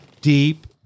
deep